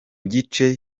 gice